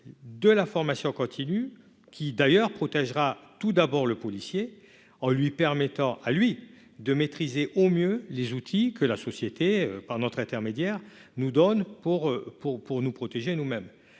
de la formation continue, qui protégera tout d'abord le policier en lui permettant de maîtriser au mieux les outils que la société, par notre intermédiaire, se donne pour se protéger elle-même.